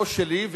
לא שלי,